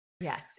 Yes